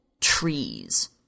Trees